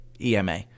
EMA